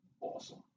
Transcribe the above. awesome